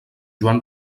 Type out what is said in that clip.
joan